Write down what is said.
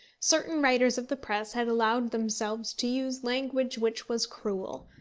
certain writers of the press had allowed themselves to use language which was cruel,